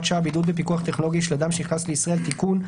שעה)(בידוד בפיקוח טכנולוגי של אדם שנכנס לישראל)(תיקון),